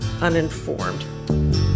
uninformed